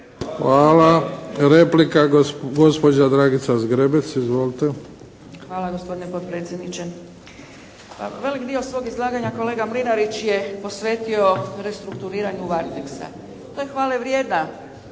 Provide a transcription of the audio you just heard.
Hvala. Replika, gospođa Dragica Zgrebec. Izvolite. **Zgrebec, Dragica (SDP)** Hvala gospodine potpredsjedniče. Pa velik dio svog izlaganja kolega Mlinarić je posvetio restrukturiranju "Varteksa". To je hvalevrijedan